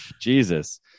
Jesus